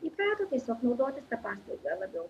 įprato tiesiog naudotis ta paslauga labiau